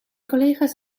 collega’s